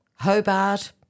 Hobart